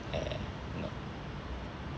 eh no